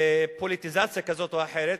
מפוליטיזציה כזאת או אחרת,